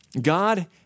God